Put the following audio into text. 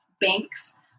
banks